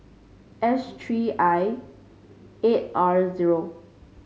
S three I eight R zero